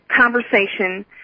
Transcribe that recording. conversation